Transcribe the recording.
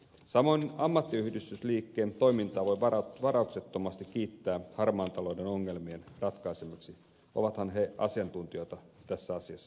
samoin ammattiyhdistysliikkeen toimintaa harmaan talouden ongelmien ratkaisemiseksi voi varauksettomasti kiittää ovathan he asiantuntijoita tässä asiassa